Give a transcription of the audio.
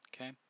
Okay